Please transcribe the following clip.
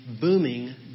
booming